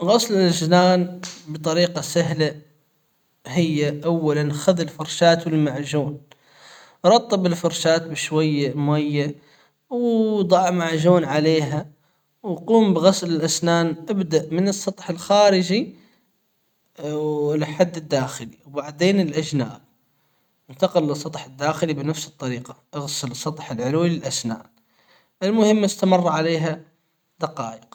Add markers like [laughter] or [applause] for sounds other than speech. غسل الأسنان بطريقة سهلة هي اولًا خذ الفرشاة والمعجون رطب الفرشاة بشوية ميه [hesitation] وضع معجون عليها وقم بغسل الاسنان ابدأ من السطح الخارجي و [hesitation] لحد الداخلي بعدين الأجناب انتقل للسطح الداخلي بنفس الطريقة اغسل السطح العلوي للأسنان المهم استمر عليها دقائق.